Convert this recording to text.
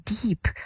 deep